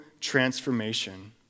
transformation